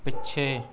ਪਿੱਛੇ